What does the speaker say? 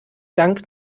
dank